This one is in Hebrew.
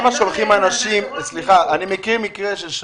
אני מכיר מקרה ובו,